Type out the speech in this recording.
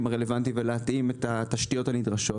הרלוונטיים ולהתאים את התשתיות הנדרשות.